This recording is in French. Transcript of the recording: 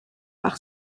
par